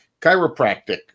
chiropractic